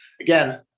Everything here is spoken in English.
Again